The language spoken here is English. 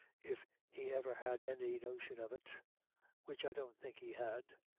if he ever had any notion of it which i don't think he had.